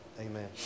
Amen